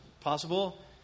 possible